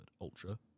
ultra